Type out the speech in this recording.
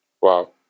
Wow